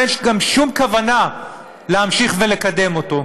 ואין גם שום כוונה להמשיך ולקדם אותו,